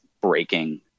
breaking